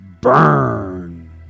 burn